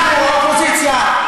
אנחנו, האופוזיציה.